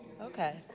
Okay